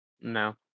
No